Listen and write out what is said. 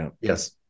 Yes